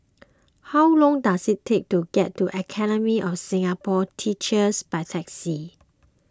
how long does it take to get to Academy of Singapore Teachers by taxi